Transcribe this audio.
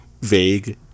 vague